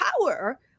power